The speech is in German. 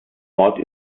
ort